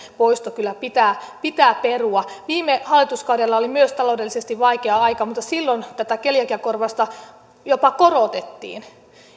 poisto kyllä pitää pitää perua myös viime hallituskaudella oli taloudellisesti vaikea aika mutta silloin tätä keliakiakorvausta jopa korotettiin